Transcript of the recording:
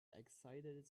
excited